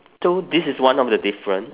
so this is one of the different